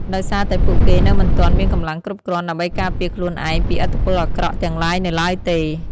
ដោយសារតែពួកគេនៅមិនទាន់មានកម្លាំងគ្រប់គ្រាន់ដើម្បីការពារខ្លួនឯងពីឥទ្ធិពលអាក្រក់ទាំងឡាយនៅឡើយទេ។